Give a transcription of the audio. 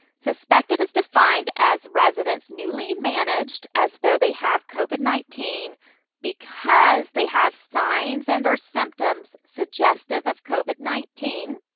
suspected is defined as residents newly managed as though they have covid nineteen because they have signs and or symptoms suggestive of covid nineteen,